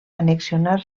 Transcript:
annexionar